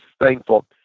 thankful